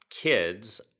kids